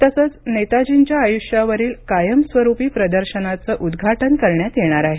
तसंच नेताजींच्या आयुष्यावरील कायमस्वरुपी प्रदर्शनाचं उद्घाटन करण्यात येणार आहे